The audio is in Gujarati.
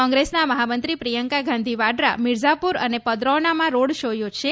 કોંગ્રેસના મહામંત્રી પ્રિયંકા ગાંધી વાડરા મિરઝાપુર અને પદરોનામાં રોડ શો યોજશે